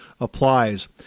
applies